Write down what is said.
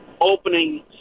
opening